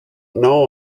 know